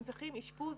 הם צריכים אשפוז